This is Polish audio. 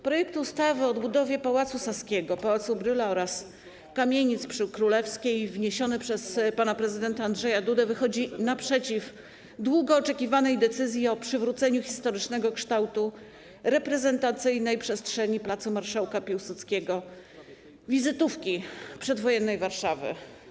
Projekt ustawy o odbudowie Pałacu Saskiego, Pałacu Brühla oraz kamienic przy Królewskiej, wniesiony przez pana prezydenta Andrzeja Dudę, wychodzi naprzeciw długo oczekiwanej decyzji o przywróceniu historycznego kształtu reprezentacyjnej przestrzeni pl. Marszałka Piłsudskiego, wizytówki przedwojennej Warszawy.